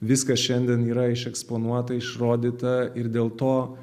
viskas šiandien yra iš eksponuota išrodyta ir dėl to